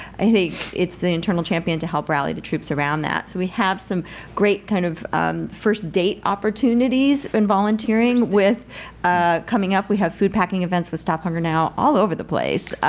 i think it's the internal champion to help rally the troops around that. so we have some great kind of first date opportunities in volunteering. ah coming up, we have food packing events with stop hunger now all over the place.